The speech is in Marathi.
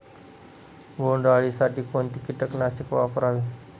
बोंडअळी साठी कोणते किटकनाशक वापरावे?